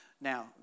Now